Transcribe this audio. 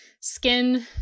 skin